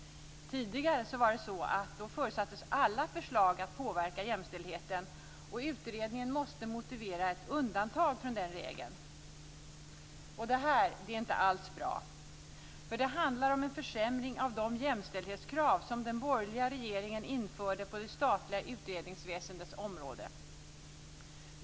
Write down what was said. Tidigare förutsattes alla förslag påverka jämställdheten och utredningen måste motivera ett undantag från den regeln. Detta är inte alls bra. Det handlar om en försämring av de jämställdhetskrav som den borgerliga regeringen införde på det statliga utredningsväsendets område.